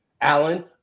Alan